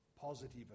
positive